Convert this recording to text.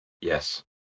yes